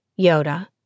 Yoda